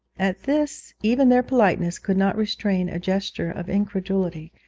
at this even their politeness could not restrain a gesture of incredulity,